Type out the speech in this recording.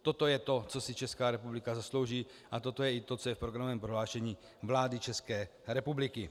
Toto je to, co si Česká republika zaslouží, a toto je i to, co je v programovém prohlášení vlády České republiky.